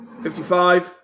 55